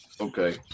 Okay